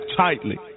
tightly